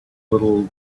little